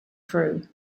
crew